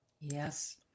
Yes